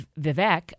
Vivek